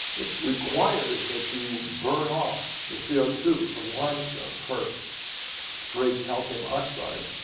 it requires that you burn off the c o two from limestone first to create calcium oxide,